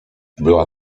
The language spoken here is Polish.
była